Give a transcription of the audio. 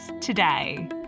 today